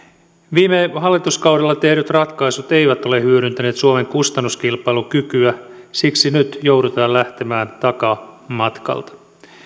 viime hallituskaudella tehdyt ratkaisut eivät ole hyödyntäneet suomen kustannuskilpailukykyä siksi nyt joudutaan lähtemään takamatkalta